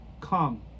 come